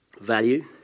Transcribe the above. Value